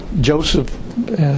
Joseph